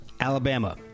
Alabama